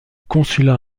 consulat